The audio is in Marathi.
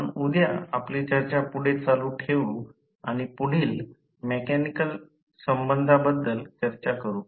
आपण उद्या आपली चर्चा पुढे चालू ठेवू आणि पुढील मेकॅनिकल संबंधांबद्दल चर्चा करू